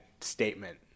statement